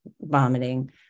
vomiting